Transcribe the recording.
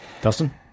Dustin